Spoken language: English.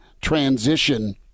transition